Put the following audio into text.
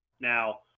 Now